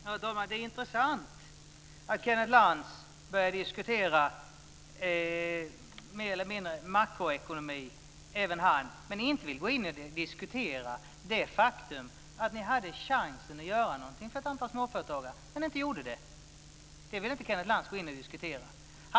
Herr talman! Det är intressant att även Kenneth Lantz börjar diskutera mer eller mindre makroekonomi men inte vill gå in och diskutera det faktum att ni hade chansen att göra någonting för ett antal småföretagare men inte gjorde det. Det vill inte Kenneth Lantz gå in och diskutera.